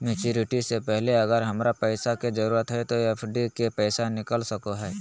Maturity से पहले अगर हमरा पैसा के जरूरत है तो एफडी के पैसा निकल सको है?